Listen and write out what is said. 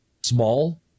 small